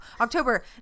October